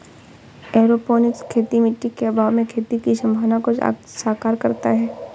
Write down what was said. aeroponics खेती मिट्टी के अभाव में खेती की संभावना को साकार करता है